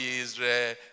Israel